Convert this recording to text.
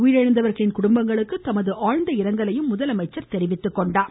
உயிரிழந்தோரின் குடும்பங்களுக்கு தமது ஆழ்ந்த இரங்கலையும் முதலமைச்சர் தெரிவித்துள்ளார்